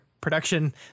production